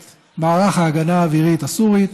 את מערך ההגנה האווירית הסורי,